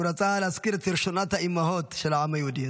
הוא רצה להזכיר את ראשונת האימהות של העם היהודי,